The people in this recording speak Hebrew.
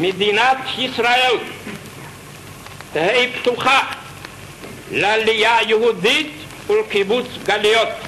"מדינת ישראל תהא פתוחה לעלייה יהודית ולקיבוץ גלויות,